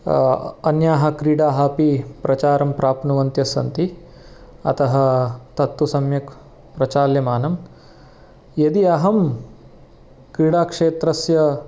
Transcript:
अन्याः क्रीडाः अपि प्रचारं प्राप्नुवन्त्यः सन्ति अतः तत्तु सम्यक् प्रचाल्यमानं यदि अहं क्रीडाक्षेत्रस्य